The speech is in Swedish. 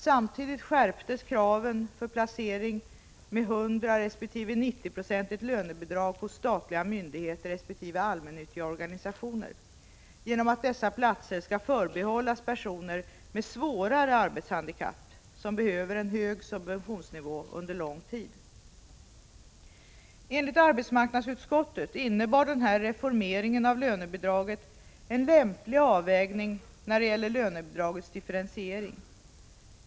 Samtidigt skärptes kraven för placering med 100 resp. 9020 lönebidrag hos statliga myndigheter resp. allmännyttiga organisationer genom att dessa platser skall förbehållas personer med svårare arbetshandikapp som behöver en hög subventionsnivå under lång tid. Enligt arbetsmarknadsutskottet innebar den här reformeringen av lönebidraget en lämplig avvägning när det gäller lönebidragets differentiering.